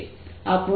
આપણો જવાબ DP2 x છે